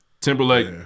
Timberlake